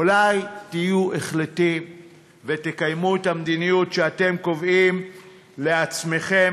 אולי תהיו החלטיים ותקיימו את המדיניות שאתם קובעים לעצמכם?